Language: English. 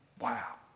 Wow